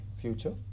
future